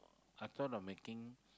I thought of making